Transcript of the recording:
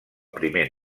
primer